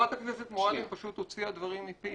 חברת הכנסת מועלם פשוט הוציאה דברים מפי.